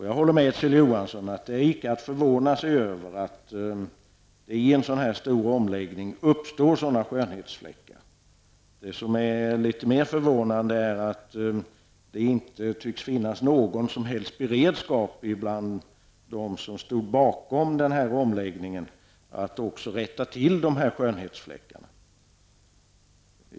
Jag håller med Kjell Johansson om att det inte är att förvånas över att det i en så stor omläggning uppstår skönhetsfläckar. Litet mer förvånande är att det inte tycks finnas någon som helst beredskap bland dem som stod bakom omläggningen för att rätta till dessa skönhetsfläckar.